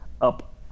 up